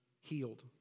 healed